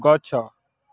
ଗଛ